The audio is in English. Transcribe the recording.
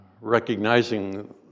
recognizing